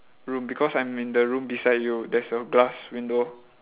room because I'm in the room beside you there's a glass window